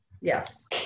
yes